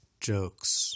jokes